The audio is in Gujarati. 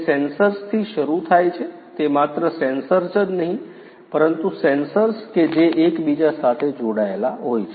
તે સેન્સર્સથી શરૂ થાય છે તે માત્ર સેન્સર્સ જ નહીં પરંતુ સેન્સર્સ કે જે એક બીજા સાથે જોડાયેલા હોય છે